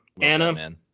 Anna